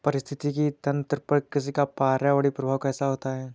पारिस्थितिकी तंत्र पर कृषि का पर्यावरणीय प्रभाव कैसा होता है?